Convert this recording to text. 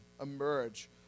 emerge